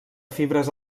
fibres